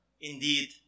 indeed